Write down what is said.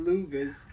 Luga's